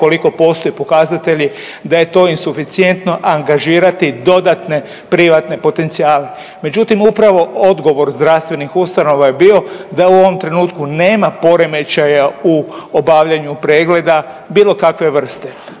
ukoliko postoje pokazatelji da je to insuficijentno angažirati dodatne privatne potencijale. Međutim, upravo odgovor zdravstvenih ustanova je bio da u ovom trenutku nema poremećaja u obavljanju pregleda bilo kakve vrste.